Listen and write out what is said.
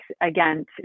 again